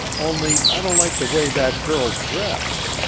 only i don't like the way that girl dressed